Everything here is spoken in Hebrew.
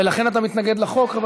ולכן אתה מתנגד לחוק?